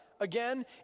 again